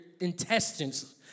intestines